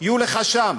יהיו לך לשם,